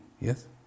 yes